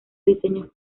diseños